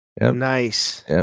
Nice